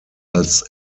als